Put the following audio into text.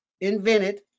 invented